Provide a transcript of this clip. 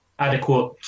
adequate